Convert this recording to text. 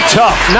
tough